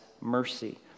mercy